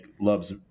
loves